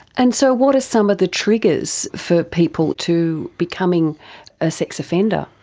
and so what are some of the triggers for people to becoming a sex offender?